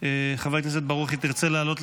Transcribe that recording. חברת הכנסת שלי טל מירון,